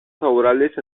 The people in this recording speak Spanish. favorables